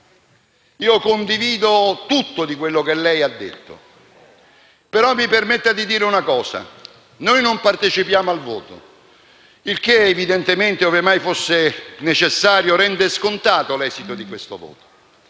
Io condivido tutto quello che ha detto, però mi permetta di dirle una cosa: noi non partecipiamo al voto, il che evidentemente, ove mai fosse necessario, rende scontato l'esito del voto